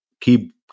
keep